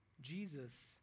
Jesus